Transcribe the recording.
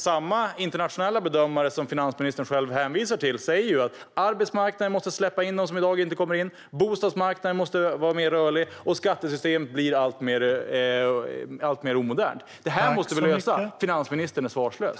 Samma internationella bedömare som finansministern själv hänvisar till säger att arbetsmarknaden måste släppa in dem som i dag inte kommer in. Bostadsmarknaden måste vara mer rörlig, och skattesystemet blir alltmer omodernt. Det här måste lösas, men finansministern är svarslös.